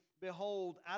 Behold